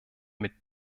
mit